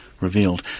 revealed